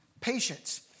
patience